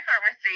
pharmacy